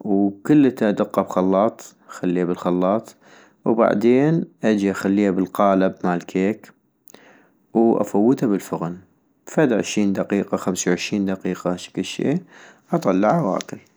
وكلتا ادقا بخلاط، اخليها بالخلاط - وبعدين اجي اخليها بالقالب مال كيك، وافوتا بالفغن ، فد عشين دقيقة خمسي وعشين دقيقة هشكل شي، اطلعا واكل